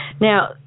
Now